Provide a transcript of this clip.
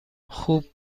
خوب